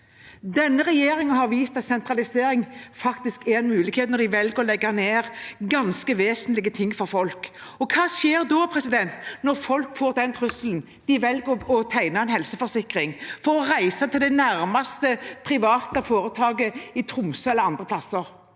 Denne regjeringen har vist at sentralisering faktisk er en mulighet, når de velger å legge ned ting som er ganske vesentlige for folk. Hva skjer når folk får den trusselen? De velger å tegne en helseforsikring for å reise til det nærmeste private foretaket, i Tromsø eller andre plasser.